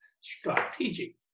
strategic